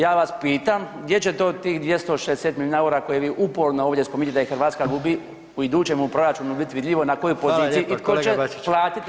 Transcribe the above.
Ja vas pitam, gdje će to tih 260 milijuna eura koje vi uporno ovdje spominjete da ih Hrvatska gubi u idućem proračunu biti vidljivo i na kojoj poziciji i tko će platiti